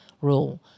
rule